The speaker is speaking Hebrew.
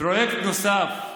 פרויקט נוסף,